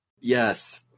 Yes